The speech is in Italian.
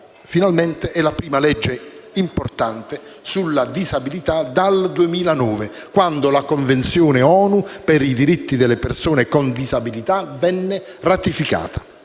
finalmente è il primo disegno di legge importante sulla disabilità dal 2009, quando la Convenzione ONU per i diritti delle persone con disabilità venne ratificata.